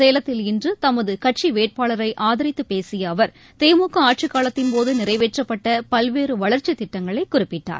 சேலக்கில் இன்றுதமதுகட்சிவேட்பாளரைஆதரித்துபேசியஅவர் திமுகஆட்சிக் காலத்தின் போதுநிறைவேற்றப்பட்டபல்வேறுவளர்ச்சித் திட்டங்களைகுறிப்பிட்டார்